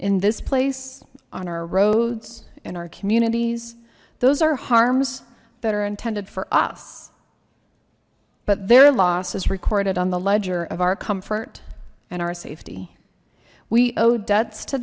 in this place on our roads in our communities those are harms that are intended for us but their loss is recorded on the ledger of our comfort and our safety we owe debts to